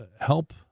help